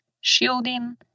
shielding